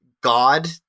god